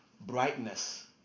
brightness